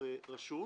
בדואר רשום,